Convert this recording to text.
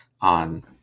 on